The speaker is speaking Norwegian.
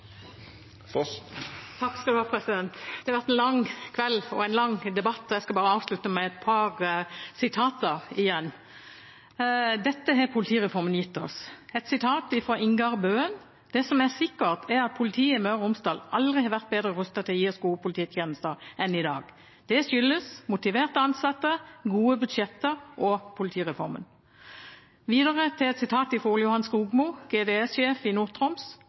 Det har vært en lang kveld og en lang debatt. Jeg skal bare avslutte med et par sitater om hva politireformen har gitt oss. Jeg refererer til Ingar Bøen: Det som er sikkert, er at politiet i Møre og Romsdal aldri har vært bedre rustet til å gi oss gode polititjenester enn i dag. Det skyldes motiverte ansatte, gode budsjetter og politireformen. Videre et sitat fra Ole Johan Skogmo, regionlensmann i